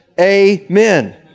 Amen